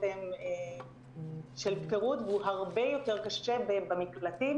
של פירוד והוא הרבה יותר קשה במקלטים.